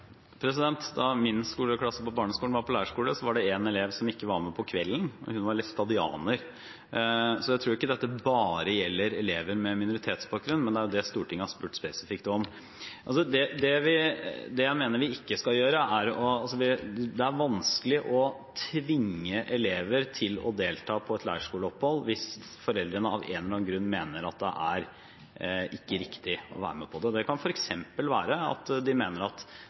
Da min skoleklasse på barneskolen var på leirskole, var det en elev som ikke var med om kvelden, hun var læstadianer. Jeg tror ikke dette bare gjelder elever med minoritetsbakgrunn, men det er det Stortinget har spurt spesifikt om. Det er vanskelig å tvinge elever til å delta på et leirskoleopphold hvis foreldrene av en eller annen grunn mener at det ikke er riktig å være med. Det kan f.eks. være at de mener at